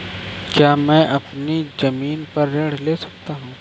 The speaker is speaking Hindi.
क्या मैं अपनी ज़मीन पर ऋण ले सकता हूँ?